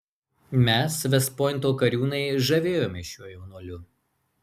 mes vest pointo kariūnai žavėjomės šiuo jaunuoliu